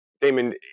Damon